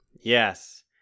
Yes